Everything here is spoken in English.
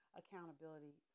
accountability